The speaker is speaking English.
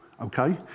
Okay